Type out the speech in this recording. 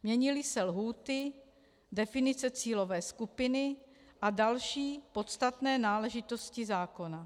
Měnily se lhůty, definice cílové skupiny a další podstatné náležitosti zákona.